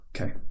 Okay